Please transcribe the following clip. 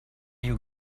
you